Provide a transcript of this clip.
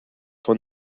von